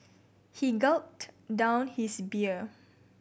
he gulped down his beer